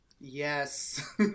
Yes